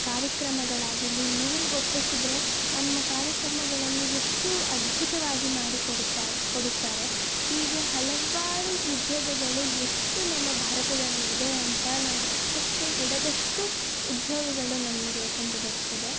ಕಾರ್ಯಕ್ರಮಗಳಾಗಿರಲಿ ಇವ್ರಿಗೆ ಒಪ್ಪಿಸಿದರೆ ನಮ್ಮ ಕಾರ್ಯಕ್ರಮಗಳನ್ನು ಎಷ್ಟು ಅದ್ಭುತವಾಗಿ ಮಾಡಿಕೊಡುತ್ತಾ ಕೊಡುತ್ತಾರೆ ಹೀಗೆ ಹಲವಾರು ಉದ್ಯೋಗಗಳು ಎಷ್ಟು ನಮ್ಮ ಭಾರತದಲ್ಲಿದೆ ಅಂತ ನಾವು ಲೆಕ್ಕಕ್ಕೆ ಇಡದಷ್ಟು ಉದ್ಯೋಗಗಳು ನಮಗೆ ಕಂಡು ಬರ್ತದೆ